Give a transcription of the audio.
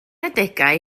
adegau